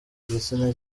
igitsina